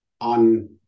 on